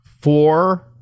four